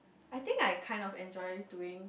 I think I kind of enjoy doing